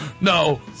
no